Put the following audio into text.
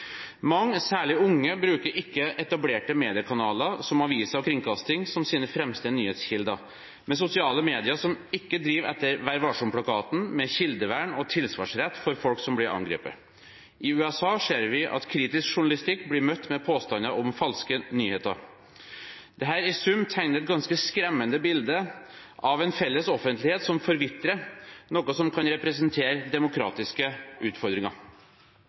Mange, særlig unge, bruker ikke etablerte mediekanaler, som aviser og kringkasting, som sine fremste nyhetskilder, men sosiale medier, som ikke driver etter Vær Varsom-plakaten, med kildevern og tilsvarsrett for folk som blir angrepet. I USA ser vi at kritisk journalistikk blir møtt med påstander om falske nyheter. Dette i sum tegner et ganske skremmende bilde av en felles offentlighet som forvitrer, noe som kan representere demokratiske utfordringer.